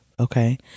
Okay